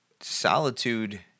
solitude –